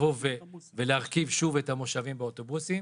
כדי להרכיב שוב את המושבים באוטובוסים,